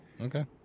Okay